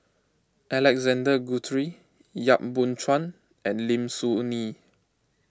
Alexander Guthrie Yap Boon Chuan and Lim Soo Ngee